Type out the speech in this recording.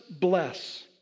bless